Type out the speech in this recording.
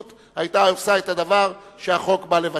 אנחנו נצביע,